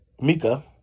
Mika